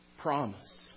promise